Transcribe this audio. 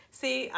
see